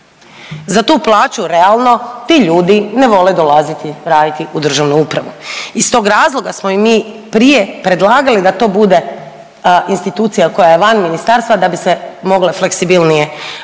Za tu plaću realno ti ljudi ne vole dolaziti raditi u državnu upravu. Iz tog razloga smo mi i prije predlagali da to bude institucija koja je van ministarstva da bi se mogle fleksibilnije